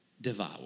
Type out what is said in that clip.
devour